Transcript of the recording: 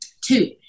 two